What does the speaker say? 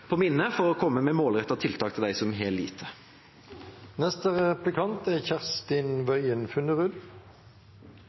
på minne for å komme med målrettede tiltak til dem som har lite.